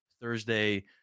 Thursday